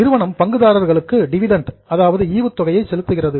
நிறுவனம் பங்குதாரர்களுக்கு டிவிடெண்ட் ஈவுத்தொகையை செலுத்துகிறது